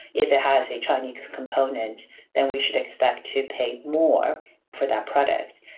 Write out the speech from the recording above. if it has a chinese component then we should expect to pay more for that product.